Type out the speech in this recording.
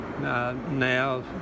Now